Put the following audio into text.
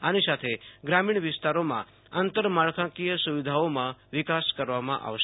આની સાથે ગ્રામિણ વિસ્તારોમાં આંતરમાળખાંકિય સુવિધાઓમાં વિકાસ કરવામાં આવશે